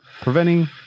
preventing